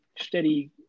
steady